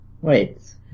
Wait